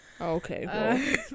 Okay